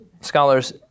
scholars